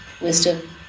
wisdom